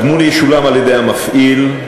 הגמול ישולם על-ידי המפעיל,